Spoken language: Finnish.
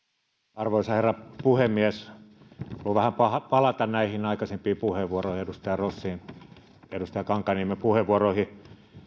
arvoisa herra puhemies haluan vähän palata näihin aikaisempiin puheenvuoroihin edustaja rossin ja edustaja kankaanniemen puheenvuoroihin